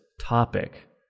topic